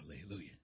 Hallelujah